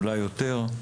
אולי יותר,